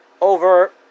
over